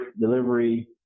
delivery